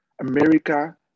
America